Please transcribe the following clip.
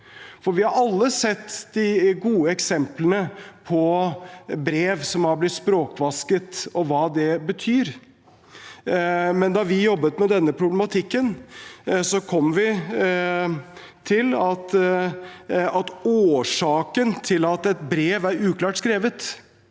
Vi har alle sett de gode eksemplene på brev som har blitt språkvasket, og hva det betyr. Men da vi jobbet med denne problematikken, kom vi til at årsaken til at et brev er uklart skrevet,